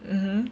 mmhmm